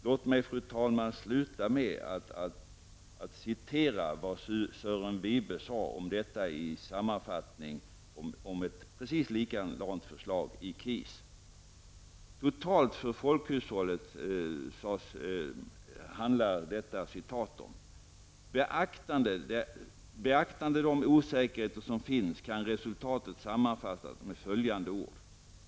Låt mig, fru talman, sluta med att citera vad Sören Wibe skrev i sammanfattningen beträffande ett precis likadant förslag i KIS. Citatet gäller den totala bilden av folkhushållet. ''Beaktande de osäkerheter som finns kan resultatet sammanfattas med följande ord.